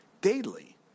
Daily